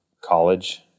college